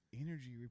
energy